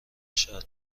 شرط